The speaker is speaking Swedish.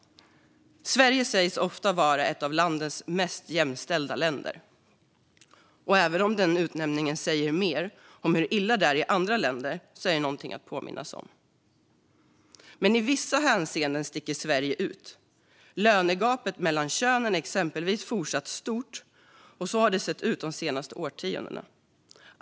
Sverige sägs ofta vara ett av världens mest jämställda länder. Även om den utnämningen säger mer om hur illa det är i andra länder är det någonting att påminna om. Men i vissa hänseenden sticker Sverige ut. Lönegapet mellan könen är exempelvis fortsatt stort, och så har det sett ut de senaste årtiondena.